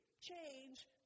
change